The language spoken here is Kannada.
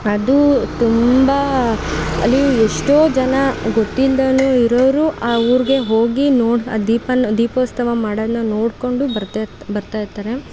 ಅದು ತುಂಬ ಅಲ್ಲಿ ಎಷ್ಟೋ ಜನ ಗೊತ್ತಿಲ್ದಲೇ ಇರೋರು ಆ ಊರಿಗೆ ಹೋಗಿ ನೋಡಿ ಆ ದೀಪವನ್ನಾ ದೀಪೋತ್ಸವ ಮಾಡೋದನ್ನು ನೋಡಿಕೊಂಡು ಬರ್ತಾ ಇರು ಬರ್ತಾ ಇರ್ತಾರೆ